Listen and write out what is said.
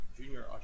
junior